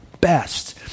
best